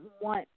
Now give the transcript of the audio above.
want